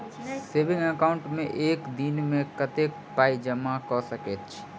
Saving account मे एक दिनमे कतेक पाई जमा कऽ सकैत छी?